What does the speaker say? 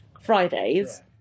Fridays